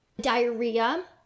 diarrhea